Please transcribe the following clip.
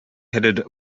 headed